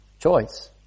choice